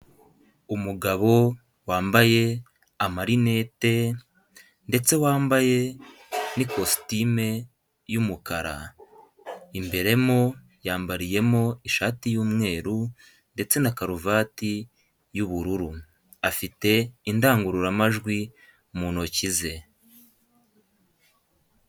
Umugabo wambaye amarinete ndetse wambaye n'ikositimu y' umukara. Imbere mo yambariyemo ishati y'umweru ndetse na karuvati y'ubururu afite indangururamajwi mu ntoki ze.